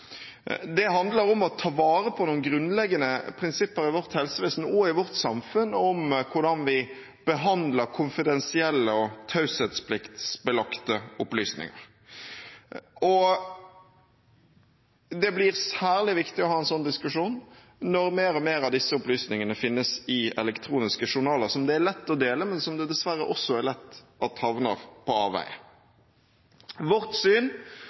Det handler om å ta vare på noen grunnleggende prinsipper i vårt helsevesen og i vårt samfunn, og om hvordan vi behandler konfidensielle og taushetspliktbelagte opplysninger. Det blir særlig viktig å ha en sånn diskusjon når mer og mer av disse opplysningene finnes i elektroniske journaler som det er lett å dele, men som dessverre også lett havner på avveie. Vårt syn